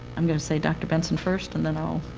i'm going to say dr. benson first. and then i'll